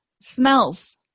Smells